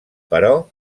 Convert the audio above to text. però